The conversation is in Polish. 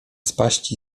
spaść